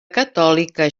catòlica